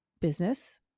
business